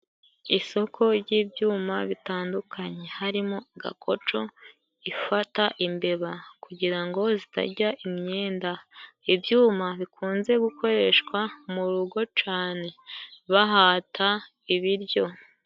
Isoko jy'ibyuma bitandukanye harimo gakoco ifata imbeba, kugira ngo zitajya imyenda. Ibyuma bikunze gukoreshwa mu rugo cane bahata ibiryo.